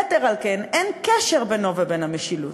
יתר על כן, אין קשר בינו ובין המשילות.